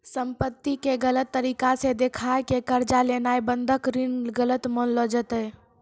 संपत्ति के गलत तरिका से देखाय के कर्जा लेनाय बंधक ऋण गलत मानलो जैतै